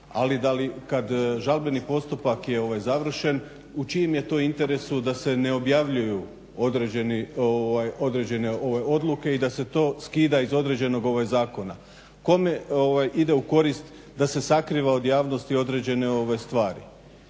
ali kad žalbeni postupak je završen u čijem je to interesu da se ne objavljuju određene odluke i da se to skida iz određenog zakona. Kome ide u korist da se sakriva od javnosti određene stvari?